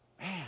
Man